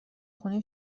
خونه